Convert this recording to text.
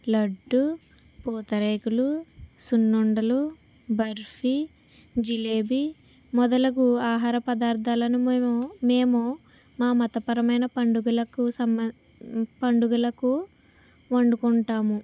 లడ్డు పూతరేకులు సున్నుండలు బర్ఫీ జిలేబి మొదలగు ఆహార పదార్థాలను మేము మేము మా మతపరమైన పండుగలకు సంబ పండుగలకు వండుకుంటాము